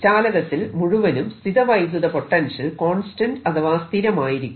ചാലകത്തിൽ മുഴുവനും സ്ഥിത വൈദ്യുത പൊട്ടൻഷ്യൽ കോൺസ്റ്റന്റ് അഥവാ സ്ഥിരമായിരിക്കും